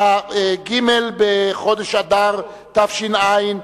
ג' בחודש אדר תש"ע,